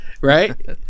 right